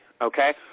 okay